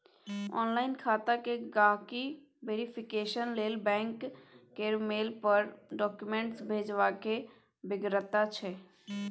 online खाता केर गांहिकी वेरिफिकेशन लेल बैंक केर मेल पर डाक्यूमेंट्स भेजबाक बेगरता छै